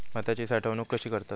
भाताची साठवूनक कशी करतत?